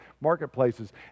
marketplaces